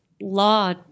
Law